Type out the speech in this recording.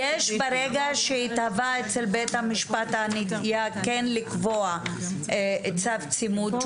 ברגע שהתהווה אצל בית המשפט הנטייה כן לקבוע צו צימוד,